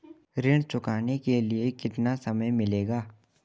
ऋण चुकाने के लिए कितना समय मिलेगा?